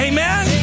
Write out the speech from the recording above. Amen